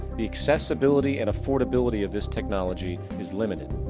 the accessibility and affordability of this technology is limited.